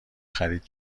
خرید